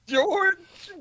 George